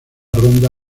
ronda